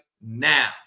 now